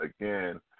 again